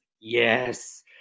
yes